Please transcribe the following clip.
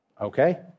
Okay